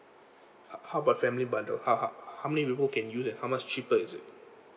how how about family bundle how how how many people can use and how much cheaper is it